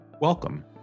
Welcome